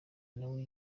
nawe